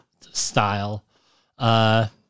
style